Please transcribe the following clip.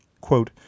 Quote